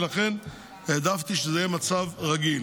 ולכן העדפתי שזה יהיה מצב רגיל.